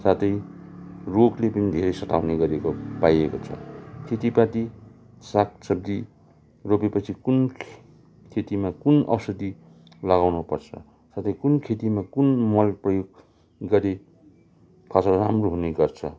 साथै रोगले पनि धेरै सताउने गरिएको पाइएको छ खेतीपाती साग सब्जी रोपेपछि कुन खेतीमा कुन औषधी लगाउनुपर्छ साथै कुन खेतीमा कुन मल प्रयोग गरे फसल राम्रो हुने गर्छ